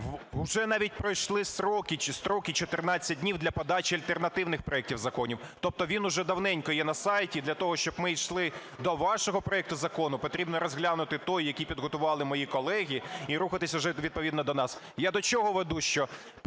уже навіть пройшли сроки чи строки 14 днів для подачі альтернативних проектів законів. Тобто він уже давненько є на сайті, і для того, щоб ми йшли до вашого проекту закону, потрібно розглянути той, який підготували мої колеги, і рухатись уже відповідно до нас. Я до чого веду,